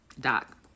doc